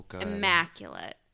immaculate